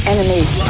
Enemies